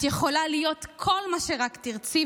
את יכולה להיות כל מה שרק תרצי,